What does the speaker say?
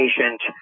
patient